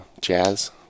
Jazz